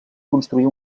construir